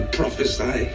prophesy